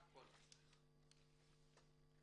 אני